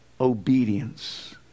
obedience